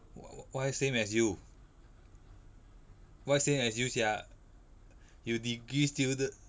w~ why same as you why same as you sia you degree student